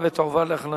(שינוי הרכב ועדת ערר וערעור על החלטותיה),